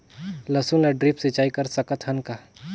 लसुन ल ड्रिप सिंचाई कर सकत हन का?